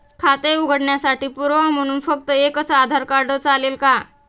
खाते उघडण्यासाठी पुरावा म्हणून फक्त एकच आधार कार्ड चालेल का?